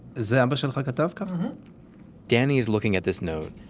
is um but and like but ah um danny is looking at this note.